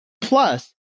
plus